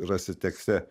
rasi tekste